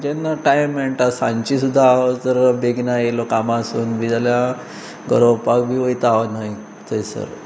जेन्ना टायम मेळटा सांची सुद्दां हांव जर बेगीन आयलो कामांसून बी जाल्यार गरोवपाक बी वता हांव न्हंय थंयसर